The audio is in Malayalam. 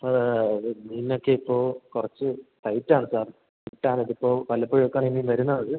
അത് ആ അത് മീനൊക്കെ ഇപ്പോൾ കുറച്ച് ടൈറ്റാണ് സാർ കിട്ടാൻ ഇതിപ്പോൾ വല്ലപ്പോഴുമൊക്കെയാണ് ഈ മീൻ വരുന്നത്